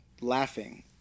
laughing